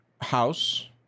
house